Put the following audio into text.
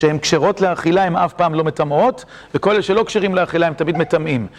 שהן כשרות לאכילה, הן אף פעם לא מטמעות, וכל אלה שלא כשרים לאכילה, הם תמיד מטמאים.